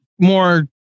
more